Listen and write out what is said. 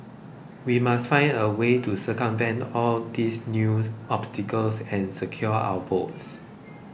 we must find a way to circumvent all these new obstacles and secure our votes